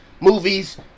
movies